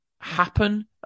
happen